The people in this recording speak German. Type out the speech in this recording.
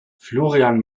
florian